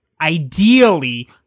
Ideally